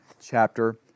chapter